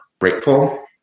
grateful